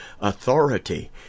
authority